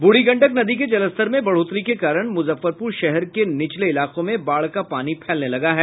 बूढ़ी गंडक नदी के जलस्तर में बढ़ोतरी के कारण मुजफ्फरपुर शहर के निचले इलाकों में बाढ़ का पानी फैलने लगा है